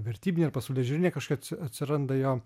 vertybinė ir pasaulėžiūrinė kažkokia atsiranda jo